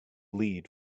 lead